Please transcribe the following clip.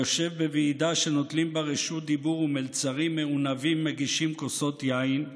היושב בוועידה שנוטלים בה רשות דיבור ומלצרים מעונבים מגישים כוסות יין,